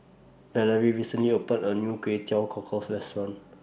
Valarie recently opened A New Kway Teow Cockles Restaurant